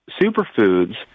superfoods